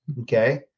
Okay